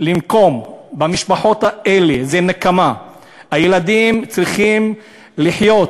לנקום במשפחות האלה, זו נקמה, הילדים צריכים לחיות